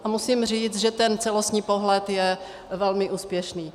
A musím říct, že ten celostní pohled je velmi úspěšný.